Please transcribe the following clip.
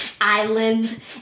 island